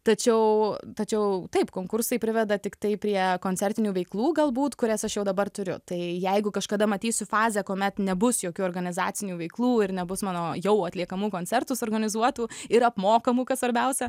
tačiau tačiau taip konkursai priveda tiktai prie koncertinių veiklų galbūt kurias aš jau dabar turiu tai jeigu kažkada matysiu fazę kuomet nebus jokių organizacinių veiklų ir nebus mano jau atliekamų koncertų suorganizuotų ir apmokamų kas svarbiausia